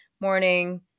morning